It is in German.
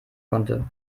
konnte